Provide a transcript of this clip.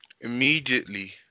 Immediately